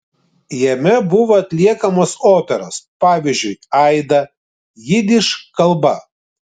jame buvo atliekamos operos pavyzdžiui aida jidiš kalba